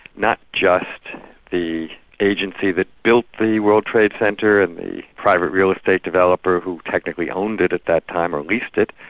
not just the agency that built the world trade center and the private real estate developer who technically owned it at that time, or leased it,